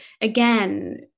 again